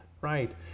Right